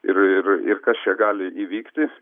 ir ir ir kas čia gali įvykti